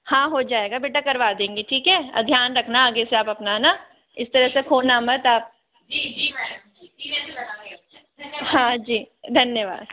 हाँ हो जाएगा बेटा करवा देंगे ठीक है ध्यान रखना आगे से आपना हैना इस तरह से खोना मत आप हाँ जी धन्यवाद